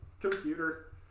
Computer